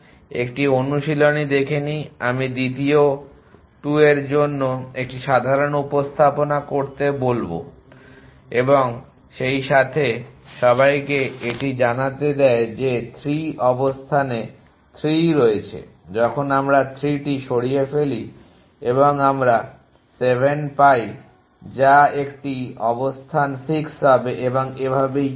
একটি অনুশীলনী দেখে নেই আমি দ্বিতীয় 2a এর জন্য একটি সাধারণ উপস্থাপনা করতে বলবো এবং সেইসাথে সবাইকে এটি জানাতে দেয় যে 3 অবস্থান 3 ই রয়েছে যখন আমরা 3টি সরিয়ে ফেলি তখন আমরা 7 পাই যা একটি অবস্থান 6 হবে এবং এভাবেই চলবে